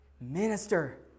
Minister